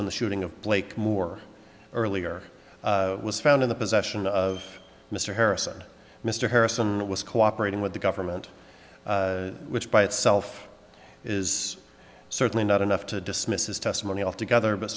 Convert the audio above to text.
in the shooting of blakemore earlier was found in the possession of mr harrison mr harrison was cooperating with the government which by itself is certainly not enough to dismiss his testimony all together